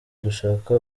gushaka